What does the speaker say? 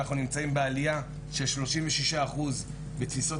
אנחנו נמצאים בעלייה של 36% בתפיסות